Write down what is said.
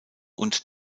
und